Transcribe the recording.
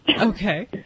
Okay